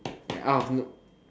like out of no